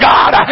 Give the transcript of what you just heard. God